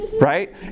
right